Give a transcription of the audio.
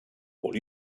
all